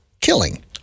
killing